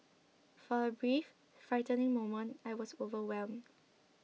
for a brief frightening moment I was overwhelmed